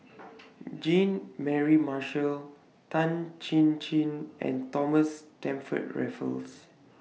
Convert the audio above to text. Jean Mary Marshall Tan Chin Chin and Thomas Stamford Raffles